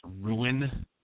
ruin